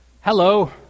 Hello